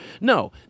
No